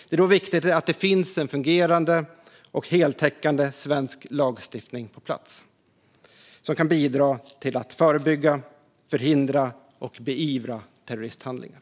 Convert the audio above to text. Det är då viktigt att det finns en fungerande och heltäckande svensk lagstiftning på plats som kan bidra till att förebygga, förhindra och beivra terroristhandlingar.